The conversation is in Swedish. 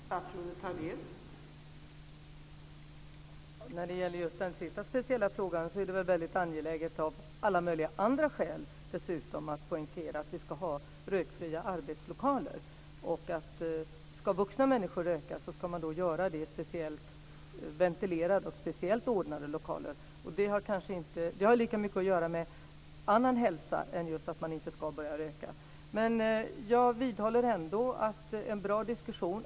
Fru talman! När det gäller den sista speciella frågan är det dessutom väldigt angeläget av alla möjliga andra skäl att poängtera att vi ska ha rökfria arbetslokaler. Ska vuxna människor röka ska de göra det i speciellt ordnade och ventilerade lokaler. Det har lika mycket att göra med annan hälsa som just att man inte ska börja röka. Vi ska föra en bra diskussion.